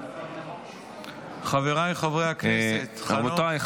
חבריי חברי הכנסת --- רבותיי,